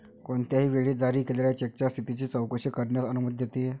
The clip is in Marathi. कोणत्याही वेळी जारी केलेल्या चेकच्या स्थितीची चौकशी करण्यास अनुमती देते